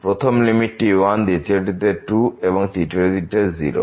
প্রথমটি লিমিট 1 দ্বিতীয়টিতে 2 ও তৃতীয়তে 0